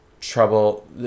trouble